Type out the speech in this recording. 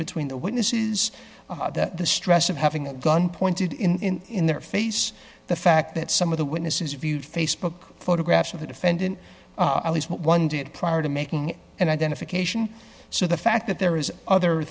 between the witnesses that the stress of having the gun pointed in in their face the fact that some of the witnesses viewed facebook photographs of the defendant at least one did prior to making an identification so the fact that there is other